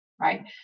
right